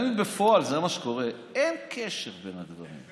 גם אם בפועל זה מה שקורה, אין קשר בין הדברים.